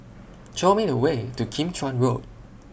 Show Me The Way to Kim Chuan Road